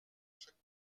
chaque